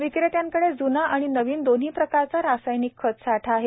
विक्रेत्याकडे ज्ना व नवीन दोन्ही प्रकारचा रासायनिक खत साठा आहे